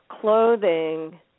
clothing